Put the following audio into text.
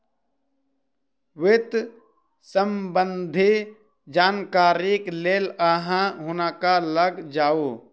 वित्त सम्बन्धी जानकारीक लेल अहाँ हुनका लग जाऊ